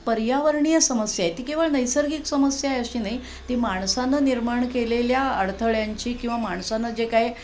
पर्यावरणीय समस्या आहे ती केवळ नैसर्गिक समस्या आहे अशी नाही ती माणसानं निर्माण केलेल्या अडथळ्यांची किंवा माणसानं जे काही